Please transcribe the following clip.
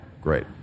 great